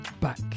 back